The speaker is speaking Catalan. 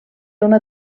una